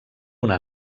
una